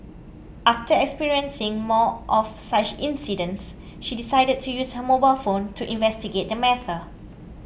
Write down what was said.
after experiencing more of such incidents she decided to use her mobile phone to investigate the matter